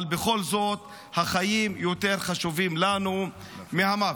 אבל בכל זאת החיים יותר חשובים לנו מהמוות.